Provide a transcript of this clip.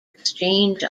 exchange